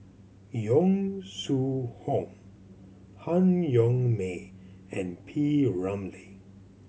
Yong Shu Hoong Han Yong May and P Ramlee